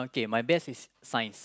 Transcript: okay my best is five